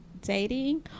dating